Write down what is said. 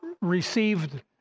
received